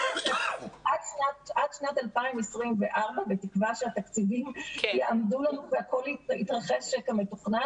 עד שנת 2024. בתקווה שהתקציבים יעמדו לנו והכול יתרחש כמתוכנן,